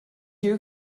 you